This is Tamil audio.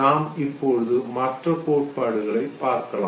நாம் இப்பொழுது மற்ற கோட்பாடுகளை பார்க்கலாம்